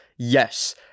yes